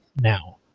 now